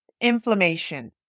inflammation